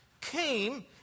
came